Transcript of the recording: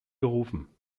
gerufen